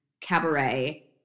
cabaret